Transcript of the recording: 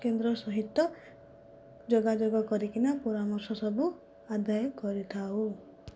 କେନ୍ଦ୍ର ସହିତ ଯୋଗାଯୋଗ କରିକିନା ପରାମର୍ଶ ସବୁ ଆଦାୟ କରିଥାଉ